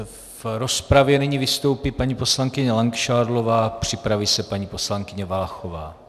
V rozpravě nyní vystoupí paní poslankyně Langšádlová, připraví se paní poslankyně Váchová.